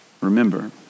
Remember